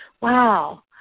Wow